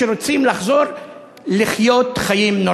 שרוצים לחזור לחיות חיים נורמליים.